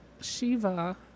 Shiva